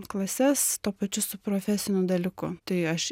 klases tuo pačiu su profesiniu dalyku tai aš